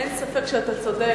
אין ספק שאתה צודק.